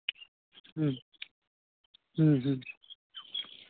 ᱦᱮᱸ ᱦᱮᱸ ᱦᱮᱸ ᱦᱮᱸ